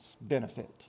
benefit